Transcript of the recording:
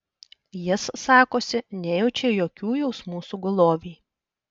jis sakosi nejaučia jokių jausmų sugulovei